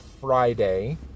Friday